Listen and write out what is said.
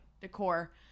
decor